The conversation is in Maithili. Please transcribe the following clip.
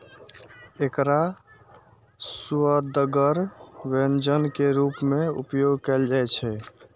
एकरा सुअदगर व्यंजन के रूप मे उपयोग कैल जाइ छै